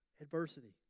Adversity